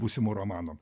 būsimų romanų